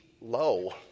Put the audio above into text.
low